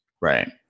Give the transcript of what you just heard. Right